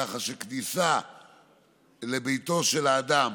כך שכניסה לביתו של האדם,